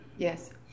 Yes